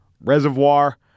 Reservoir